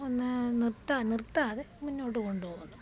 ഒന്ന് നിർത്താൻ നിർത്താതെ മുന്നോട്ടുകൊണ്ടുപോവുന്നു